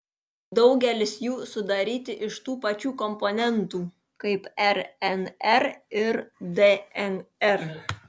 daugelis jų sudaryti iš tų pačių komponentų kaip rnr ir dnr